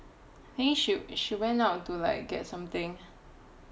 I think she went out to like get something